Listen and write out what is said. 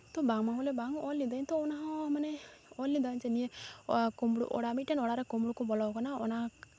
ᱛᱚ ᱵᱟᱝ ᱵᱚᱞᱮ ᱵᱟᱝ ᱚᱞ ᱞᱤᱫᱟᱹᱧ ᱚᱱᱟ ᱦᱚᱸ ᱢᱟᱱᱮ ᱚᱞ ᱞᱤᱫᱟᱹᱧ ᱱᱤᱭᱟᱹ ᱚᱲᱟᱜ ᱢᱤᱫᱴᱮᱱ ᱚᱲᱟᱜ ᱨᱮ ᱠᱳᱸᱢᱲᱩ ᱠᱚ ᱵᱚᱞᱚᱣ ᱠᱟᱱᱟ ᱚᱱᱟ